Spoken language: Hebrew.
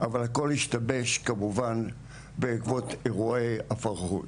אבל הכול השתבש כמובן, בעקבות אירועי הפרהוד.